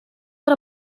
per